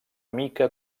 mica